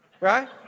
Right